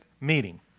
meeting